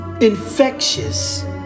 infectious